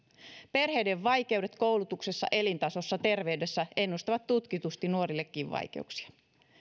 perheiden vaikeudet koulutuksessa elintasossa ja terveydessä ennustavat tutkitusti nuorillekin vaikeuksia